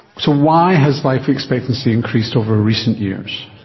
so why has life expectancy increased over recent years?